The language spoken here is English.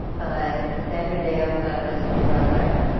by sandra day o'conner's brother